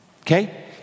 okay